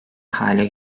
hale